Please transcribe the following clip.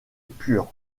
pur